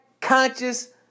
conscious